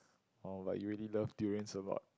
oh but you rally love durians a lot